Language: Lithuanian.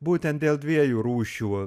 būtent dėl dviejų rūšių